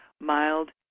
mild